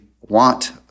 want